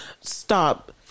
Stop